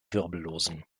wirbellosen